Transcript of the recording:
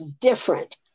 different